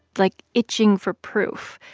like, itching for proof.